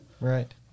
Right